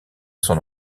son